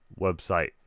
website